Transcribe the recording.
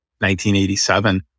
1987